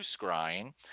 scrying